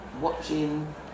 watching